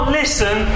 listen